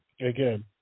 again